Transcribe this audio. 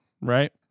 Right